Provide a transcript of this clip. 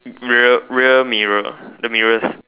rear rear mirror the mirrors